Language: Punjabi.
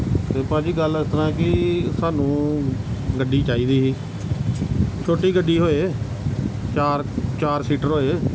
ਅਤੇ ਭਾਅ ਜੀ ਗੱਲ ਇਸ ਤਰ੍ਹਾਂ ਕਿ ਸਾਨੂੰ ਗੱਡੀ ਚਾਹੀਦੀ ਹੀ ਛੋਟੀ ਗੱਡੀ ਹੋਏ ਚਾਰ ਚਾਰ ਸੀਟਰ ਹੋਏ